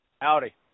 Howdy